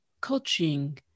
coaching